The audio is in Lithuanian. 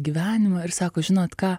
gyvenimą ir sako žinot ką